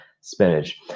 spinach